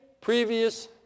previous